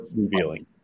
revealing